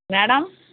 madam